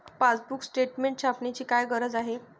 Passbook statement छापण्याची काय गरज आहे?